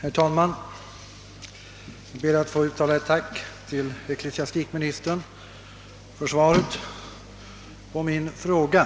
Herr talman! Jag ber att få uttala ett tack till ecklesiastikministern för svaret på min fråga.